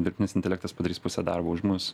dirbtinis intelektas padarys pusę darbo už mus